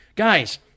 Guys